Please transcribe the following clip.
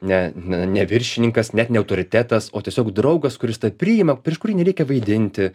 ne ne neviršininkas net ne autoritetas o tiesiog draugas kuris tave priima prieš kurį nereikia vaidinti